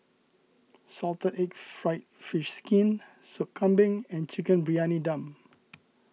Salted Egg Fried Fish Skin Sup Kambing and Chicken Briyani Dum